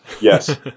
Yes